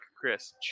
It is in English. Chris